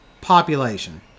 population